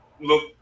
look